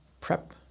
prep